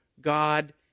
God